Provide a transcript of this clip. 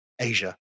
Asia